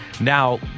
Now